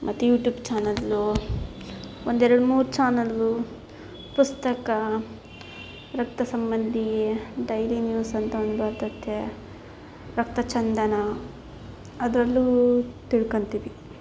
ಮತ್ತು YouTube channel ಒಂದೆರಡು ಮೂರು ಚಾನಲ್ಲು ಪುಸ್ತಕ ರಕ್ತಸಂಬಂಧಿ ಡೈಲಿ ನ್ಯೂಸಂತ ಒಂದು ಬರ್ತೈತೆ ರಕ್ತಚಂದನ ಅದರಲ್ಲೂ ತಿಳ್ಕತೀವಿ